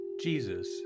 Jesus